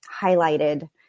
highlighted